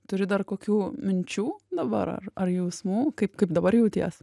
turi dar kokių minčių dabar ar ar jausmų kaip kaip dabar jauties